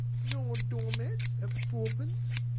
nor doormats at fourpence?